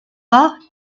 pas